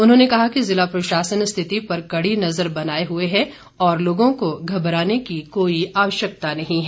उन्होंने कहा कि जिला प्रशासन स्थिति पर कड़ी नजर बनाए हुए हैं और लोगों को घबराने की कोई आवश्यकता नहीं है